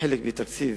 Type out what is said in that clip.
חלק מתקציב